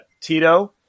Tito